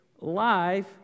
life